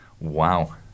Wow